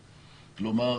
כלומר,